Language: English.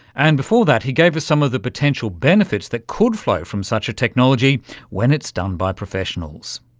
and before that he gave us some of the potential benefits that could flow from such a technology when it's done by professionals.